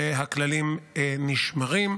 והכללים נשמרים,